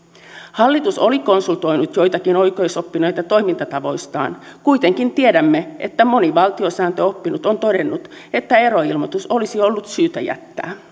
hallitus oli konsultoinut joitakin oikeusoppineita toimintatavoistaan kuitenkin tiedämme että moni valtiosääntöoppinut on todennut että eroilmoitus olisi ollut syytä jättää